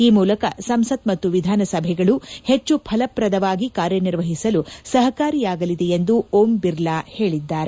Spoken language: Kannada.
ಈ ಮೂಲಕ ಸಂಸತ್ ಮತ್ತು ವಿಧಾನಸಭೆಗಳು ಹೆಚ್ಚು ಫಲಪ್ರದವಾಗಿ ಕಾರ್ಯ ನಿರ್ವಹಿಸಲು ಸಹಕಾರಿಯಾಗಲಿದೆ ಎಂದು ಓಂ ಬಿರ್ಲಾ ಹೇಳಿದ್ದಾರೆ